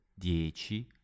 dieci